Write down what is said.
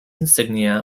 insignia